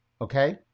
okay